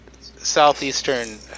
southeastern